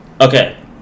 okay